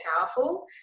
powerful